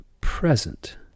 present